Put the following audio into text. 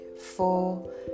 four